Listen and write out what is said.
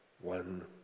one